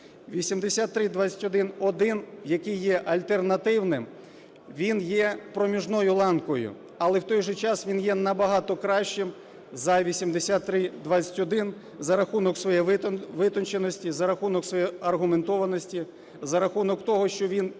8321-1, який є альтернативним, він є проміжною ланкою, але в той же час він є набагато кращим за 8321 за рахунок своєї витонченості, за рахунок своєї аргументованості, за рахунок того, що він є